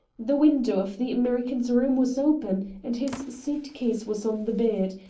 the window of the american's room was open, and his suit-case was on the bed.